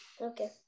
Okay